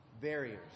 barriers